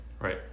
Right